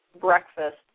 breakfast